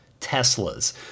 Teslas